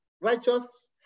righteous